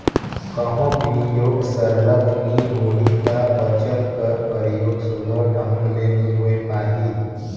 कहों बिनियोग सरलग नी होही ता बचत कर परयोग सुग्घर ढंग ले नी होए पाही